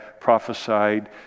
prophesied